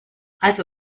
also